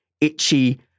itchy